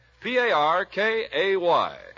P-A-R-K-A-Y